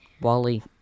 wally